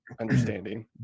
understanding